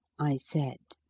i said.